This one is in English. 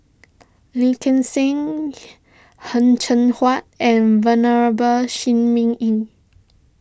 Lee Gek Seng Heng Cheng Hwa and Venerable Shi Ming Yi